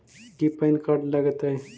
की PAN card लग तै?